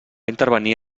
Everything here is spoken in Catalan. intervenir